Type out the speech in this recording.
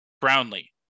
Brownlee